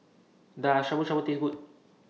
Does Shabu Shabu Taste Good